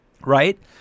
right